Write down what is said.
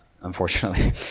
unfortunately